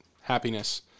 happiness